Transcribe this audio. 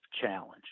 challenge